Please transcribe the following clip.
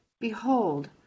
behold